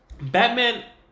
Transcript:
Batman